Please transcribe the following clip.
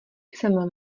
jsem